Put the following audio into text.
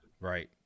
right